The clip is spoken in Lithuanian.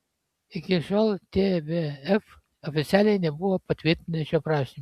iki šiol tvf oficialiai nebuvo patvirtinęs šio prašymo